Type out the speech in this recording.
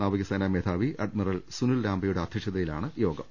നാവിക സേനാ മേധാവി അഡ്മിറൽ സുനിൽ ലാംബയുടെ അധ്യക്ഷതയിലാണ് യോഗം